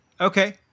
Okay